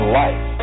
life